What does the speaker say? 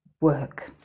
work